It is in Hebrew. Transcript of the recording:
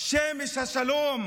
שמש השלום